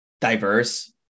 diverse